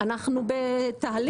אנחנו בתהליך.